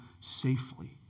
safely